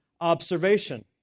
observation